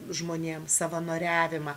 žmonėm savanoriavimą